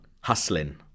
Hustling